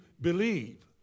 believe